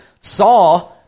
saw